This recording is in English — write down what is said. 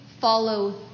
follow